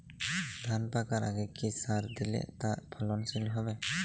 ধান পাকার আগে কি সার দিলে তা ফলনশীল হবে?